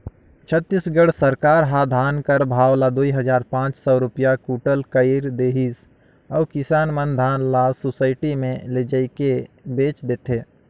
छत्तीसगढ़ सरकार ह धान कर भाव ल दुई हजार पाच सव रूपिया कुटल कइर देहिस अहे किसान मन धान ल सुसइटी मे लेइजके बेच देथे